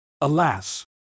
alas